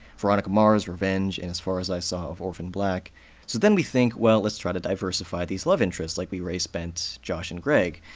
veronica mars, revenge, and as far as i saw of orphan black. so then we think, well, let's try to diversify these love interests, like we race-bent josh and greg.